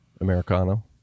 Americano